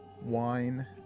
wine